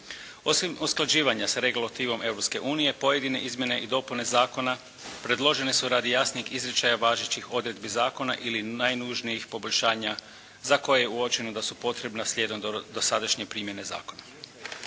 Osim usklađivanja s regulativom Europske unije, pojedine izmjene i dopune zakona predložene su radi jasnijeg izričaja važećih odredbi zakon ili najnužnijih poboljšanja za koje je uočeno da su potrebna slijedom dosadašnje primjene zakona.